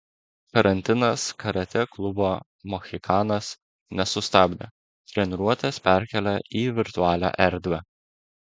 karantinas karatė klubo mohikanas nesustabdė treniruotes perkėlė į virtualią erdvę